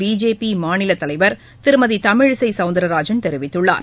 BJP மாநிலத் தலைவர் திருமதி தமிழிசை சௌந்தரராஜன் தெரிவித்துள்ளார்